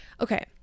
Okay